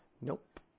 Nope